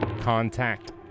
Contact